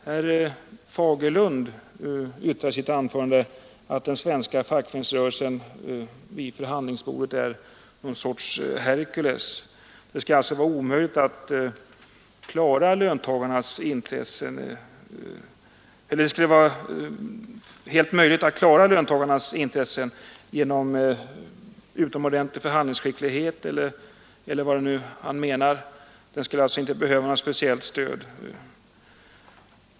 Herr Fagerlund yttrade i sitt anförande att den svenska fackföreningsrörelsen vid förhandlingsbordet är en sorts Herkules. Det skulle alltså vara möjligt att klara löntagarnas intressen genom utomordentlig förhandlingsskicklighet, eller vad nu herr Fagerlund kan mena med sitt yttrande. Löntagarna skulle alltså inte behöva något stöd.